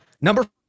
Number